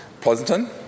Pleasanton